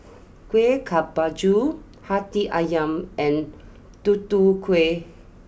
Kueh Kemboja Hati Ayam and Tutu Kueh